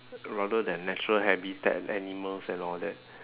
rather than natural habitat animals and all that